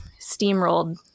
steamrolled